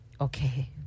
okay